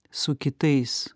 su kitais